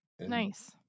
nice